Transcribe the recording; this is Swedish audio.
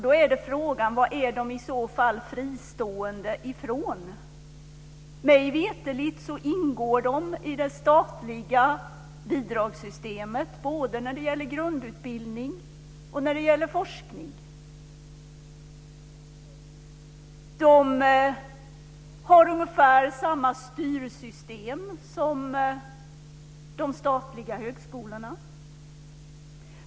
Då är frågan vad de i så fall är fristående ifrån. Mig veterligt ingår de i det statliga bidragssystemet både när det gäller grundutbildning och när det gäller forskning. De har ungefär samma styrsystem som de statliga högskolorna.